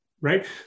right